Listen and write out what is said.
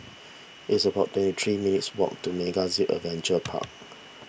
it's about twenty three minutes walk to MegaZip Adventure Park